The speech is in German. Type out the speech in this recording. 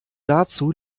dazu